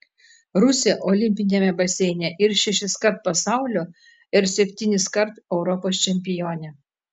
rusė olimpiniame baseine ir šešiskart pasaulio ir septyniskart europos čempionė